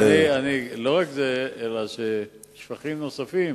לא רק זה, אלא ששפכים נוספים